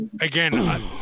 again